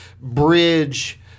bridge